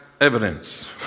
evidence